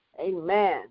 Amen